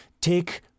Take